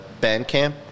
Bandcamp